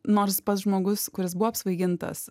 nors pats žmogus kuris buvo apsvaigintas